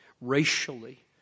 racially